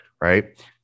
right